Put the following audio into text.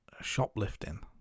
shoplifting